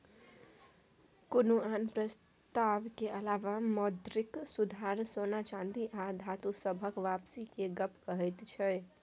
कुनु आन प्रस्ताव के अलावा मौद्रिक सुधार सोना चांदी आ धातु सबहक वापसी के गप कहैत छै